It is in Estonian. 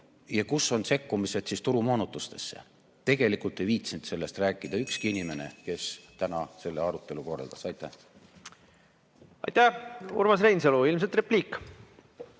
ja kus on sekkumised turumoonutustesse? Tegelikult ei viitsinud sellest rääkida ükski inimene, kes täna selle arutelu korraldas. Aitäh! Aitäh! Urmas Reinsalu, ilmselt repliik.